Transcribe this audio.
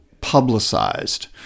publicized